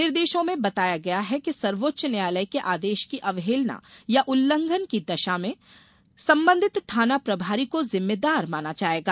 निर्देशों में बताया गया है कि सर्वोच्च न्यायालय के आदेश की अवहेलना या उल्लंघन की दशा में संबंधित थाना प्रभारी को जिम्मेदार माना जायेगा